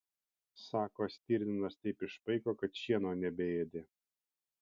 sako stirninas taip išpaiko kad šieno nebeėdė